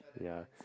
yeah